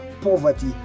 poverty